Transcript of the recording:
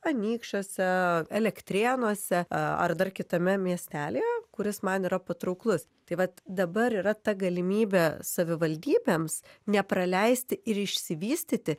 anykščiuose elektrėnuose ar dar kitame miestelyje kuris man yra patrauklus tai vat dabar yra ta galimybė savivaldybėms nepraleisti ir išsivystyti